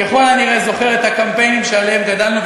ככל הנראה זוכר את הקמפיינים שעליהם גדלנו,